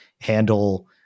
handle